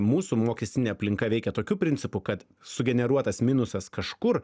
mūsų mokestinė aplinka veikia tokiu principu kad sugeneruotas minusas kažkur